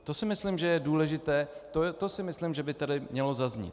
To si myslím, že je důležité, to si myslím, že by tady mělo zaznít.